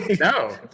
no